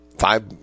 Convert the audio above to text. five